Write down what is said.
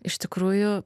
iš tikrųjų